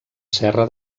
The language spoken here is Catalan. serra